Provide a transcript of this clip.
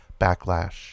backlash